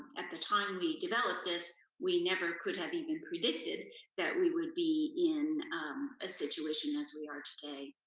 at the time we developed this, we never could have even predicted that we would be in a situation as we are today.